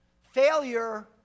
failure